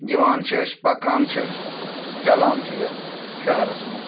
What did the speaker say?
یِوان چھِ أسۍ پَکان چھِ چَلان چھِ یَتھ شہرس منٛز